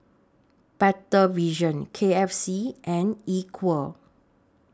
Better Vision K F C and Equal